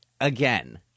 again